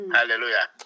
Hallelujah